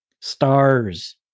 stars